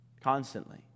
Constantly